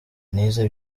nize